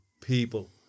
people